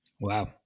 Wow